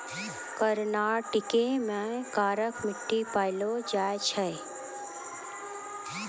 कर्नाटको मे करका मट्टी पायलो जाय छै